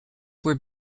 were